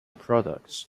products